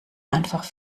einfach